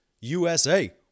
USA